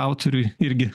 autoriui irgi